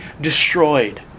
destroyed